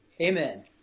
Amen